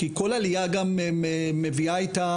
כי כל עלייה מביאה איתה